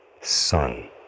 son